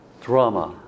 drama